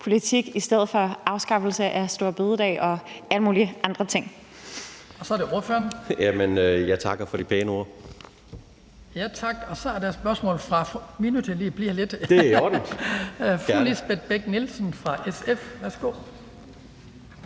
politik i stedet for afskaffelse af store bededag og alle mulige andre ting.